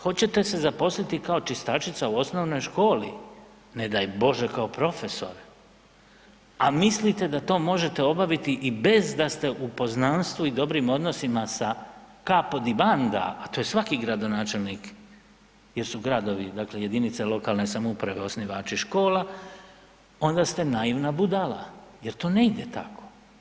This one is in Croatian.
Hoćete se zaposliti kao čistačica u osnovnoj školi, ne daj Bože kao profesor, a mislite da to možete obaviti i bez da ste u poznanstvu i dobrim odnosima sa „capo di banda“, a to je svaki gradonačelnik jer su gradovi dakle jedinice lokalne samouprave osnivači škola onda ste naivna budala jer to ne ide tako.